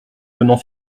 donnant